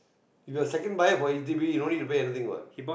you got second buyer for h_d_b no need to pay anything what